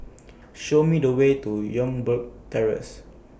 Show Me The Way to Youngberg Terrace